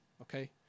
okay